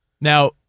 Now